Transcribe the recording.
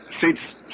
seats